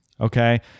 Okay